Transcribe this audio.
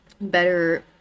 better